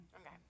Okay